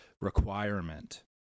requirement